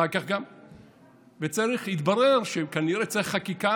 אחר כך גם התברר שכנראה צריך חקיקה.